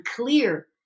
clear